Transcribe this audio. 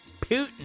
Putin